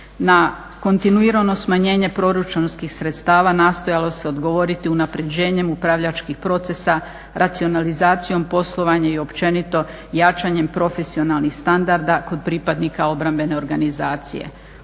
Na kontinuirano smanjenje proračunskih sredstava nastojalo se odgovoriti unaprjeđenjem upravljačkih procesa, racionalizacijom poslovanja i općenito jačanjem profesionalnih standarda kod pripadnika obrambene organizacije.